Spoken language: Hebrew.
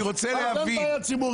אני לא להעלות.